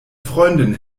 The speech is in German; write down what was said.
freundin